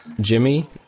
jimmy